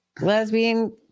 lesbian